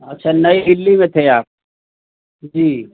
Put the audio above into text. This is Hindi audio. अच्छा नई दिल्ली में थे आप जी